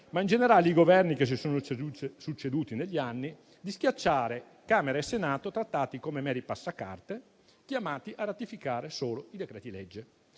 ma in generale i Governi che si sono succeduti negli anni) di schiacciare Camera e Senato e di trattarli come meri passacarte, chiamati solo a ratificare i decreti-legge.